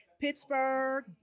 Pittsburgh